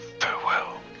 Farewell